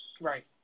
right